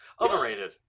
Overrated